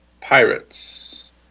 pirates